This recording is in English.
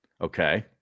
Okay